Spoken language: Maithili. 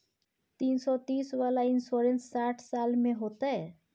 तीन सौ तीस वाला इन्सुरेंस साठ साल में होतै?